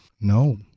No